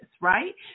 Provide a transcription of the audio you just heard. right